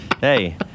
hey